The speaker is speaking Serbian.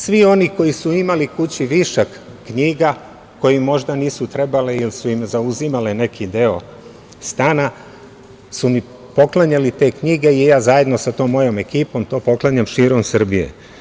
Svi oni koji su imali kući višak knjiga, koje im možda nisu trebale, jer su im zauzimale neki deo stana, su mi poklanjali te knjige, i ja zajedno sa tom mojom ekipom to poklanjam širom Srbije.